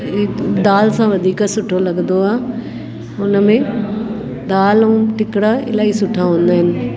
दाल सां वधीक सुठो लॻंदो आहे हुन में दाल ऐं टिकिड़ा इलाही सुठा हूंदा आहिनि